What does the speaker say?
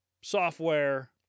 Software